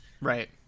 Right